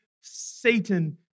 Satan